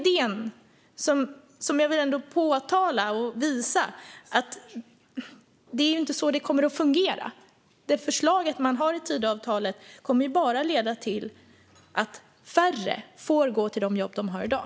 Det är inte så det kommer att fungera. Förslaget i Tidöavtalet kommer ju bara att leda till att färre får gå till de jobb som de har i dag.